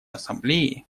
ассамблеи